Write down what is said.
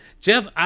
Jeff